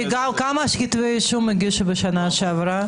כמה כתבי אישום הגישו בשנה שעברה?